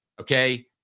okay